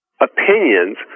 opinions